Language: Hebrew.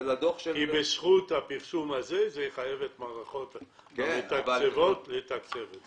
כי בזכות הפרסום הזה זה יחייב את המערכות המתקצבות לתקצב את זה.